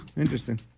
interesting